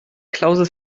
klausel